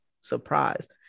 surprised